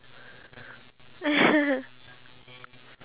male version for cat